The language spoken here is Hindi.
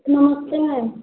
नमस्ते मैम